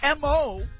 MO